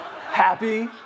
Happy